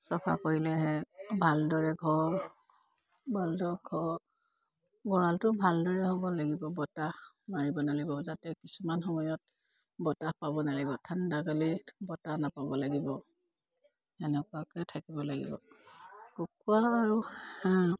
চফা কৰিলেহে ভালদৰে ঘৰ ভালদৰে ঘৰ গঁৰালটো ভালদৰে হ'ব লাগিব বতাহ মাৰিব নাগিব যাতে কিছুমান সময়ত বতাহ পাব নালাগিব ঠাণ্ডাকালি বতাহ নাপাব লাগিব সেনেকুৱাকৈ থাকিব লাগিব কুকুৰা আৰু হাঁহ